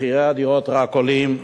מחירי הדירות רק עולים.